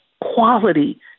quality